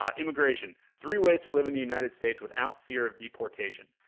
um immigration, three ways to live in the united states without fear of deportation,